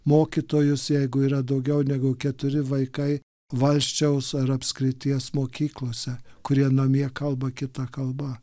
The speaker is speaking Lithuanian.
mokytojus jeigu yra daugiau negu keturi vaikai valsčiaus ar apskrities mokyklose kurie namie kalba kita kalba